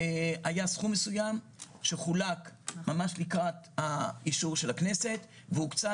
היה סכום מסוים שחולק ממש לקראת אישור הכנסת והוקצה